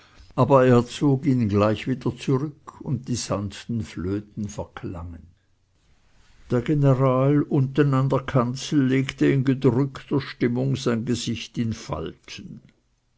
aber er zog ihn gleich wieder zurück und die sanften flöten verklangen der general unten an der kanzel legte in gedrückter stimmung sein gesicht in falten